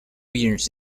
years